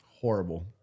horrible